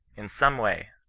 in some way,